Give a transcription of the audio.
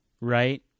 right